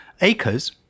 acres